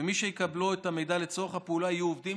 ומי שיקבלו את המידע לצורך הפעולה יהיו עובדים